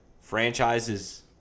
franchises